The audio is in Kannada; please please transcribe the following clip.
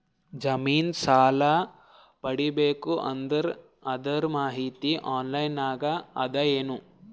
ಜಮಿನ ಸಾಲಾ ಪಡಿಬೇಕು ಅಂದ್ರ ಅದರ ಮಾಹಿತಿ ಆನ್ಲೈನ್ ನಾಗ ಅದ ಏನು?